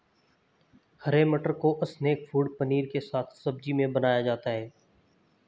हरे मटर को snack food पनीर के साथ सब्जी में बनाया जाता है